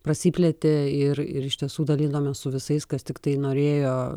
prasiplėtė ir ir iš tiesų dalinomės su visais kas tiktai norėjo